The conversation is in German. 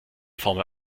formel